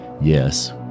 yes